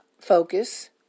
focus